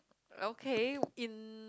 okay in